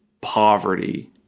poverty